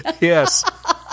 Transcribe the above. Yes